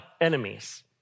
enemies